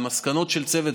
המסקנות של הצוות,